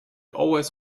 always